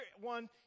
one